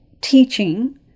teaching